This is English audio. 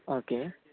okay